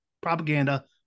propaganda